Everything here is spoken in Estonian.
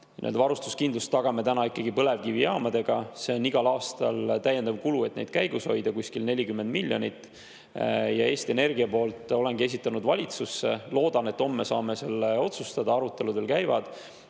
oma varustuskindlust tagame ikkagi põlevkivijaamadega. See on igal aastal täiendav kulu, et neid käigus hoida, kuskil 40 miljonit. Eesti Energia poolt olengi esitanud valitsusse plaani – loodan, et homme saame selle otsustada, arutelud veel käivad